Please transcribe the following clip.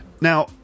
Now